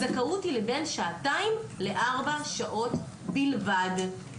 הזכאות היא בין שעתיים לארבע שעות בלבד.